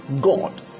God